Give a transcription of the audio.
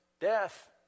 death